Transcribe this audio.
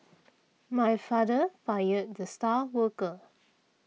my father fired the star worker